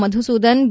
Madhusudan B